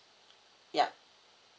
yup